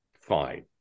Fine